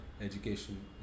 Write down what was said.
education